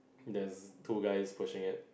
there's two guys pushing it